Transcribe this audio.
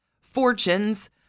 fortunes